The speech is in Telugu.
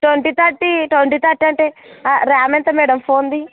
ట్వెంటీ థర్టీ ట్వెంటీ థర్టీ అంటే ర్యామ్ ఎంత మేడం ఫోన్ది